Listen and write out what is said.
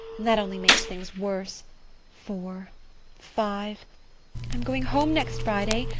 and that only makes things worse four five i'm going home next friday,